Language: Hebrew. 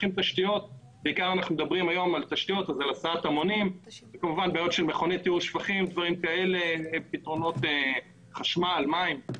תשתיות פירושו הסעות המונים ושטחים לטיהור שפכים ולהפצת חשמל ומים.